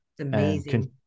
amazing